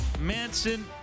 Manson